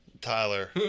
Tyler